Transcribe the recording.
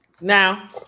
now